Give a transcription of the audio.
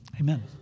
Amen